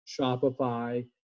Shopify